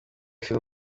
phil